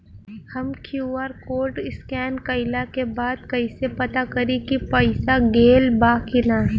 हम Q R code scan कइला के बाद कइसे पता करि की पईसा गेल बा की न?